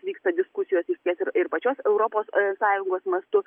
vyksta diskusijos iš ties ir ir pačios europos sąjungos mastu